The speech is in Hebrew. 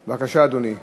בבקשה, אדוני.